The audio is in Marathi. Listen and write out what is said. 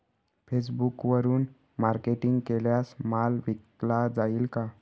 फेसबुकवरुन मार्केटिंग केल्यास माल विकला जाईल का?